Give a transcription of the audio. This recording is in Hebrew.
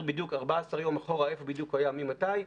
בדיוק 14 יום אחורה איפה הוא היה ומתי.